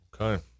Okay